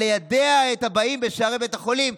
"ליידע את הבאים בשערי בית החולים".